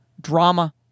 drama